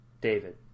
David